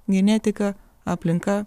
genetika aplinka